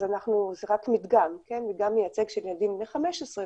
זה רק מדגם מייצג של ילדים בני 15,